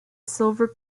silver